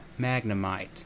magnemite